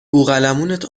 بوقلمونت